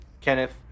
Kenneth